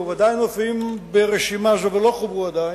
ועדיין מופיעים ברשימה זו ולא חוברו עדיין,